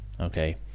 okay